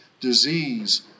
disease